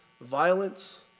violence